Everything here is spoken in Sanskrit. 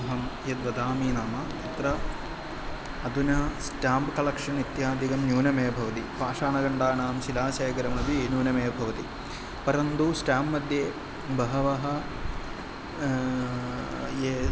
अहं यद्वदामि नाम तत्र अधुना स्टाम्प् कलक्षन् इत्यादिकं न्यूनमेव भवति पाषाणखण्डानां शिलाशेखमपि न्यूनमेव भवति परन्तु स्टाम्प् मध्ये बहवः ये